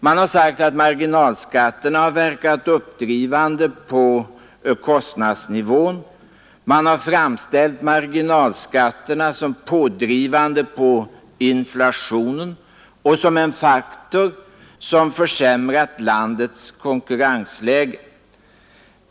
De har sagt att marginalskatterna har verkat uppdrivande på kostnadsnivån, de har framställt marginalskatterna som pådrivande på inflationen och som en faktor som försämrat landets konkurrensläge.